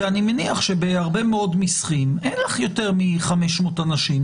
אני מניח שבהרבה מאוד משחים אין לך יותר מ-500 אנשים.